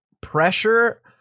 pressure